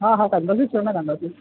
हा हा कंदासीं छो न कंदासीं